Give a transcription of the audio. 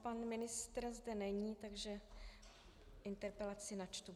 Pan ministr zde není, takže interpelaci načtu.